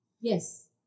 Yes